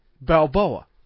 Balboa